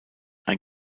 ein